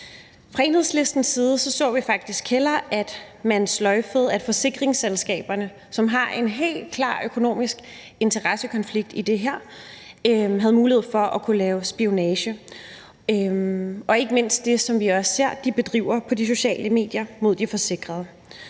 Fra Enhedslistens side så vi faktisk hellere, at man sløjfede, at forsikringsselskaberne, som har en helt klar økonomisk interesse i det her, havde mulighed for at kunne lave spionage. Og ikke mindst det, som vi også ser de bedriver på de sociale medier mod de forsikrede.